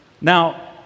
Now